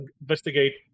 investigate